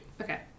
Okay